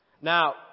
Now